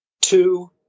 Two